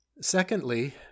Secondly